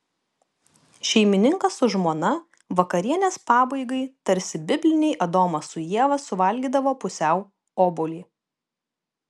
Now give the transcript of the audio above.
šeimininkas su žmona vakarienės pabaigai tarsi bibliniai adomas su ieva suvalgydavo pusiau obuolį